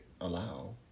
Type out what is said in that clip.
allow